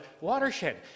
watershed